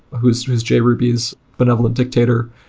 who's who's jruby's benevolent dictator,